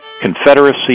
Confederacy